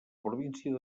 província